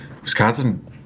Wisconsin